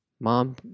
Mom